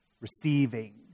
Receiving